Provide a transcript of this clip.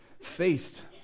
faced